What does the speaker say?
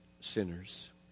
sinners